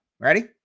Ready